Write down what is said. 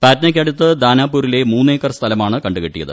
പട്നയ്ക്കടുത്ത് ദാനാപൂരിലെ മൂന്നേക്കർ സ്ഥലമാണ് കണ്ടുകെട്ടിയത്